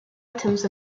items